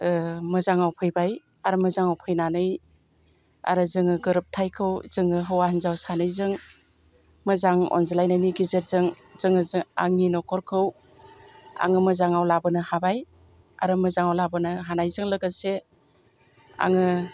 मोजाङाव फैबाय आरो मोजाङाव फैनानै आरो जोङो गोरोबथायखौ जोङो हौवा हिनजाव सानैजों मोजां अनज्लायनायनि गेजेरजों जोङो आंनि न'खरखौ आं मोजाङाव लाबोनो हाबाय आरो मोजाङाव लाबोनो हानायजों लोगोसे आङो